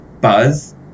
buzz